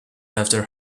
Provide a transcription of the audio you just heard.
after